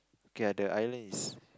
okay ah the island is